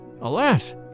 Alas